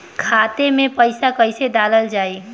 खाते मे पैसा कैसे डालल जाई?